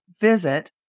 visit